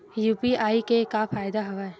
UPI के का फ़ायदा हवय?